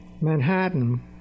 Manhattan